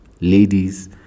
ladies